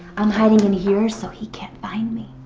i'm hiding in here so he can't find me.